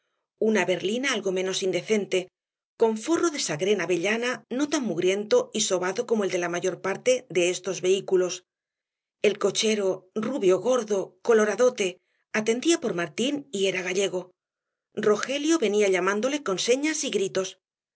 una berlina algo menos indecente con forro de sagrén avellana no tan mugriento y sobado como el de la mayor parte de estos vehículos el cochero rubio gordo coloradote atendía por martín y era gallego rogelio venía llamándole con señas y gritos